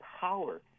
power